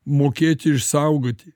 mokėti išsaugoti